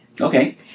Okay